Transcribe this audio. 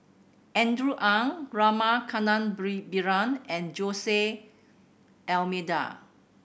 Andrew Ang Rama Kannabiran and Jose D'Almeida